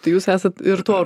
tai jūs esat ir tuo